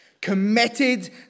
committed